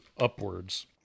Upwards